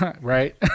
Right